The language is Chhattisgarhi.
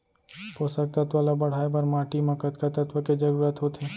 पोसक तत्व ला बढ़ाये बर माटी म कतका तत्व के जरूरत होथे?